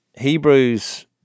Hebrews